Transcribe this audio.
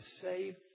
save